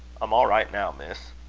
i'm all right now, miss.